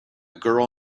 girl